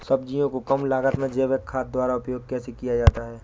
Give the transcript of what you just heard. सब्जियों को कम लागत में जैविक खाद द्वारा उपयोग कैसे किया जाता है?